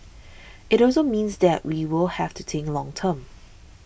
it also means that we will have to think long term